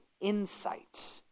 insight